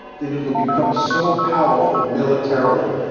that it will become so powerful militarily,